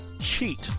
cheat